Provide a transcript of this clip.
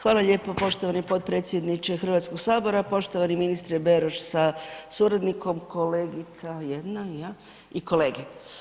Hvala lijepo, Poštovani potpredsjedniče Hrvatskog sabora, poštovani ministre Beroš sa suradnikom kolegica jedna i kolege.